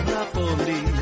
Napoli